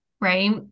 right